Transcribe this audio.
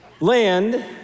Land